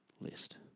list